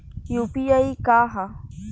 UPI का ह?